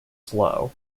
slow